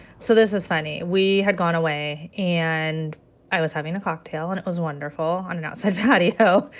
so this is funny. we had gone away. and i was having a cocktail and it was wonderful, on an outside patio.